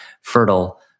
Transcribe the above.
fertile